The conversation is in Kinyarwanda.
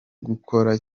gukora